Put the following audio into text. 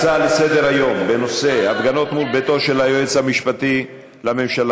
הצעות לסדר-היום בנושא: הפגנות מול ביתו של היועץ המשפטי לממשלה,